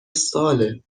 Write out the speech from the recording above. ساله